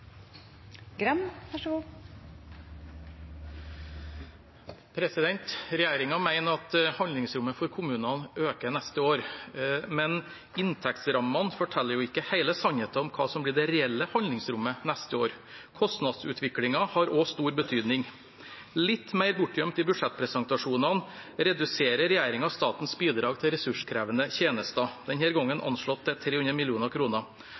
at handlingsrommet for kommunene øker neste år, men inntektsrammene forteller jo ikke hele sannheten om hva som blir det reelle handlingsrommet neste år, kostnadsutviklingen har også stor betydning. Litt mer bortgjemt i budsjettpresentasjonene reduserer regjeringen statens bidrag til ressurskrevende tjenester, denne gangen anslått til 300